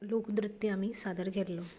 लोकनृत्य आमी सादर केल्लो